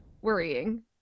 worrying